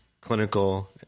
clinical